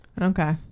Okay